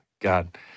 God